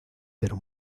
pero